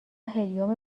هلیوم